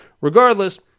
Regardless